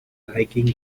hiking